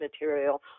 material